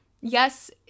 Yes